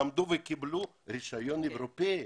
למדו וקיבלו רישיון אירופאי.